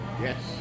Yes